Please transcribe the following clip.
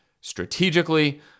strategically